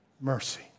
mercy